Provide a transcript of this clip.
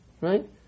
Right